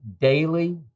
daily